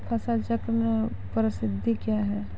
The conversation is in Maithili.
फसल चक्रण पद्धति क्या हैं?